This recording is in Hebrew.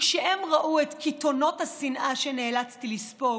וכשהם ראו את קיתונות השנאה שנאלצתי לספוג,